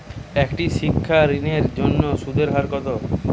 একটি শিক্ষা ঋণের জন্য সুদের হার কত?